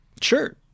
Sure